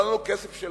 לא היה לנו כסף לשלם,